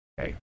okay